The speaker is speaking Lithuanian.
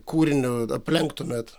kūriniu aplenktumėt